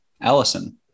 Allison